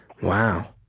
Wow